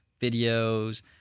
videos